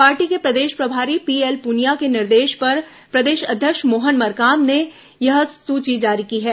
party के प्रदेश प्रभारी पीएल पुनिया के निर्देश पर प्रदेश अध्यक्ष मोहन मरकाम ने यह सूची जारी की है